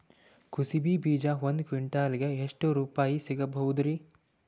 ಕುಸಬಿ ಬೀಜ ಒಂದ್ ಕ್ವಿಂಟಾಲ್ ಗೆ ಎಷ್ಟುರುಪಾಯಿ ಸಿಗಬಹುದುರೀ?